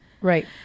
right